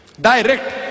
Direct